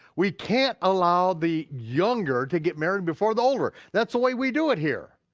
we can't allow the younger to get married before the older, that's the way we do it here.